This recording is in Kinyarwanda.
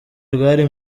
rwari